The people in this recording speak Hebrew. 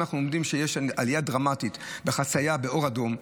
אם אנחנו יודעים שיש עלייה דרמטית בחצייה באור אדום,